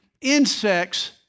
insects